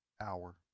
hour